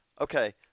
okay